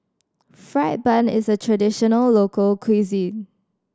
fried bun is a traditional local cuisine